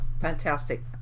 Fantastic